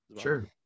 sure